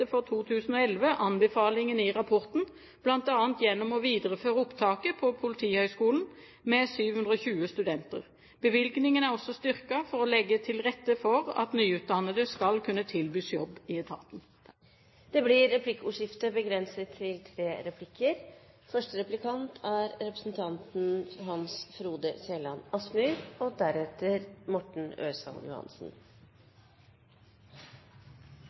for 2011 anbefalingene i rapporten, bl.a. gjennom å videreføre opptaket til Politihøgskolen med 720 studenter. Bevilgningen er også styrket for å legge til rette for at nyutdannede skal kunne tilbys jobb i etaten. Det blir replikkordskifte. Representanten